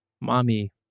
mommy